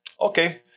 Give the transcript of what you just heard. Okay